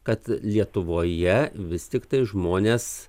kad lietuvoje vis tiktai žmonės